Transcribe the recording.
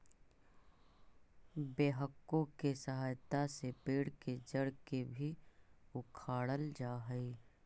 backhoe के सहायता से पेड़ के जड़ के भी उखाड़ल जा हई